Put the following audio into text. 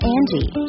Angie